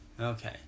Okay